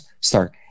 start